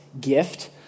gift